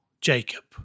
Jacob